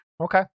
okay